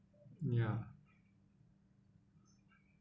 ya